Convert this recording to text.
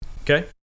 Okay